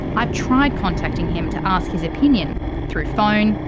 i've tried contacting him to ask his opinion through phone,